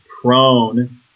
prone